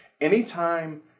Anytime